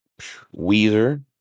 Weezer